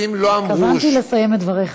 התכוונתי לסיים את דבריך.